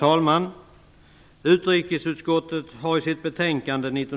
Herr talman!